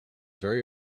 very